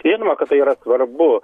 žinoma kad tai yra svarbu